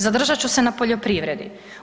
Zadržat ću se na poljoprivredi.